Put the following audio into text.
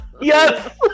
Yes